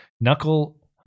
Knuckle